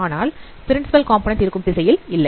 ஆனால் principal component இருக்கும் திசையில்இல்லை